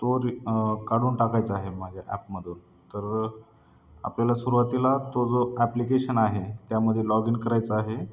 तो रि काढून टाकायचा आहे माझ्या ॲपमधून तर आपल्याला सुरुवातीला तो जो ॲप्लिकेशन आहे त्यामध्ये लॉग इन करायचं आहे